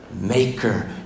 maker